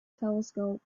telescope